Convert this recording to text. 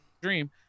dream